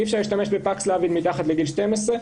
אי-אפשר להשתמש בפקס-לאב מתחת לגיל 12,